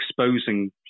exposing